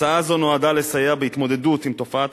הצעה זו נועדה לסייע בהתמודדות עם תופעת